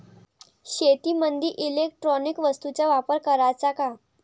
शेतीमंदी इलेक्ट्रॉनिक वस्तूचा वापर कराचा का?